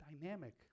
dynamic